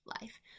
life